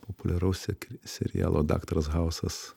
populiaraus sek serialo daktaras hausas